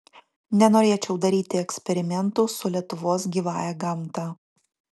nenorėčiau daryti eksperimentų su lietuvos gyvąja gamta